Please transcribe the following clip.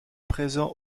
présent